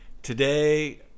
Today